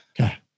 Okay